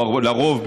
או לרוב,